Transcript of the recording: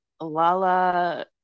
Lala